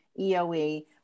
EOE